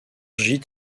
gîtes